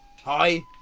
hi